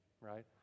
right